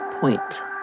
point